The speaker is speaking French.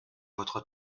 votre